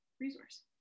resource